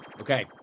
Okay